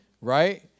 Right